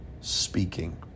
speaking